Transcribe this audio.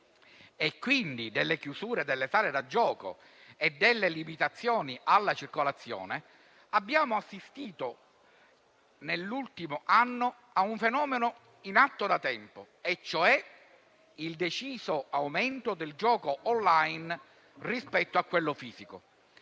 e quindi delle chiusure delle sale da gioco e delle limitazioni alla circolazione, abbiamo assistito nell'ultimo anno a un fenomeno in atto da tempo, ossia il deciso aumento del gioco *online* rispetto a quello fisico.